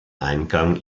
eingang